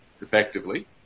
effectively